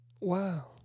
Wow